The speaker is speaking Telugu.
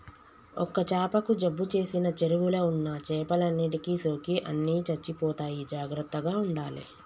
ఒక్క చాపకు జబ్బు చేసిన చెరువుల ఉన్న చేపలన్నిటికి సోకి అన్ని చచ్చిపోతాయి జాగ్రత్తగ ఉండాలే